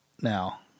now